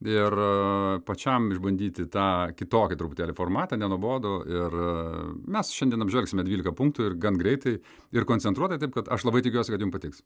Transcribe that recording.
ir pačiam išbandyti tą kitokį truputėlį formatą nenuobodų ir mes šiandien apžvelgsime dvylika punktų ir gan greitai ir koncentruotai taip kad aš labai tikiuosi kad jum patiks